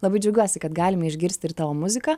labai džiaugiuosi kad galime išgirsti ir tavo muziką